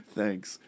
Thanks